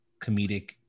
comedic